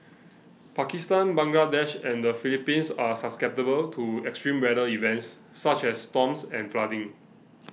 Pakistan Bangladesh and the Philippines are susceptible to extreme weather events such as storms and flooding